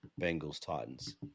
Bengals-Titans